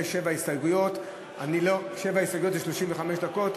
יש שבע הסתייגויות, שבע הסתייגויות זה 35 דקות.